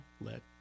let